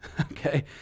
okay